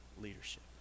leadership